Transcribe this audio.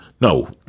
no